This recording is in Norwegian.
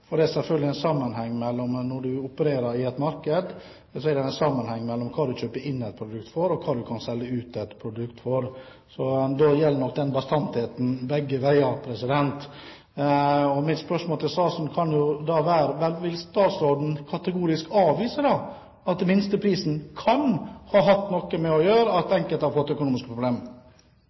selvfølgelig en sammenheng mellom hva man kjøper inn et produkt for og hva man kan selge ut et produkt for. Så den bastantheten gjelder nok begge veier. Mitt spørsmål til statsråden kan jo da være: Vil statsråden kategorisk avvise at minsteprisen kan ha hatt noe å gjøre med at enkelte har fått økonomiske